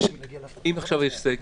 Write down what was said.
אם עכשיו יש סגר,